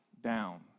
down